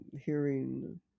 hearing